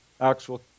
actual